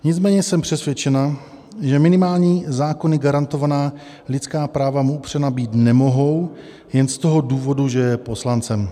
Nicméně jsem přesvědčena, že minimální, zákony garantovaná lidská práva mu upřena být nemohou jen z toho důvodu, že je poslancem.